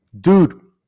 Dude